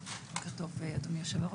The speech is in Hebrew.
בוקר טוב אדוני היו"ר.